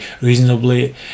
reasonably